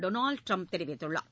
Donald Trump தெரிவித்துள்ளார்